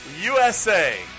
USA